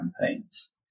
campaigns